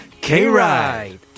K-Ride